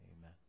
amen